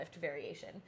variation